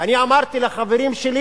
ואני אמרתי לחברים שלי